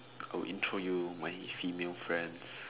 I'll intro you my female friends